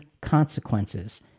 consequences